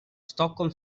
stockholm